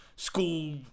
school